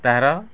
ତାହାର